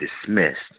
dismissed